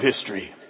history